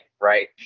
right